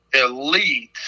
elite